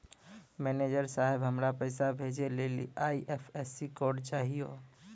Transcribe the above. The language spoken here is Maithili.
मैनेजर साहब, हमरा पैसा भेजै लेली आई.एफ.एस.सी कोड चाहियो